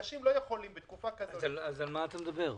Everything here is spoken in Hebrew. אנשים לא יכולים בתקופה כזאת --- על מה אתה מדבר?